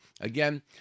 Again